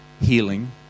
healing